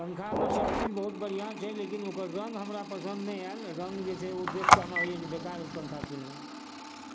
पंखामे सभ चीज बहुत बढ़िआँ छै लेकिन ओकर रङ्ग हमरा पसन्द नहि आइलि रङ्ग जे छै ओ देखिके हमरा होइए जे बेकार ओ पंखा किनलहुँ